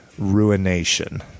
ruination